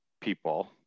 people